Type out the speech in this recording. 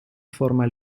forma